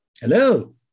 Hello